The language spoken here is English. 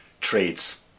trades